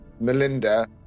Melinda